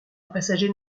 passagers